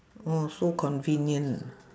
oh so convenient